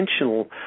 intentional